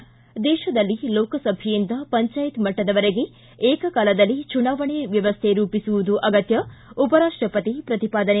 ು ದೇಶದಲ್ಲಿ ಲೋಕಸಭೆಯಿಂದ ಪಂಚಾಯತ್ ಮಟ್ಸದವರೆಗೆ ಏಕಕಾಲದಲ್ಲಿ ಚುನಾವಣೆ ವ್ಯವಸ್ಥೆ ರೂಪಿಸುವುದು ಅಗತ್ಯ ಉಪರಾಷ್ಟಪತಿ ಪ್ರತಿಪಾದನೆ